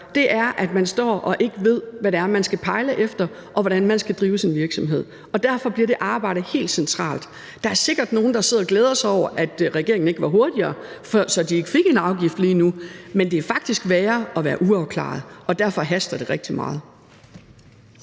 gøre: At man ikke ved, hvad det er, man skal pejle efter, og hvordan man skal drive sin virksomhed. Derfor bliver det arbejde helt centralt. Der er sikkert nogle, der sidder og glæder sig over, at regeringen ikke var hurtigere, så de ikke fik en afgift lige nu, men det er faktisk værre at være uafklaret, og derfor haster det rigtig meget.